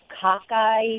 cockeyed